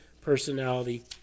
personality